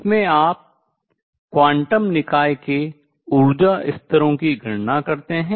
जिसमें आप क्वांटम निकाय के ऊर्जा स्तरों की गणना करते हैं